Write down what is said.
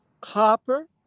copper